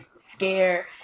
Scare